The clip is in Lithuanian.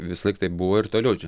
visąlaik taip buvo ir toliau čia